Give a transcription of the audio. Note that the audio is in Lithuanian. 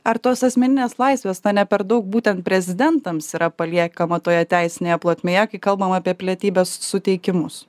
ar tos asmeninės laisvės na ne per daug būtent prezidentams yra paliekama toje teisinėje plotmėje kai kalbam apie pilietybės suteikimus